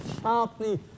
sharply